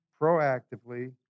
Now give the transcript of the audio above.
proactively